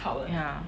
ya